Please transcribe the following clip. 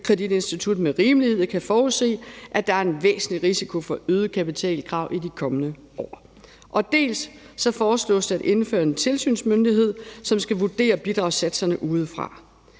realkreditinstitut med rimelighed vil kunne forudse, at der er en væsentlig risiko for øgede kapitalkrav i de kommende år. Dels foreslås det at indføre en tilsynsmyndighed, som skal vurdere bidragssatserne udefra.